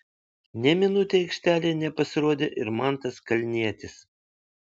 nė minutei aikštėje nepasirodė ir mantas kalnietis